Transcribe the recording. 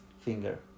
Finger